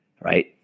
right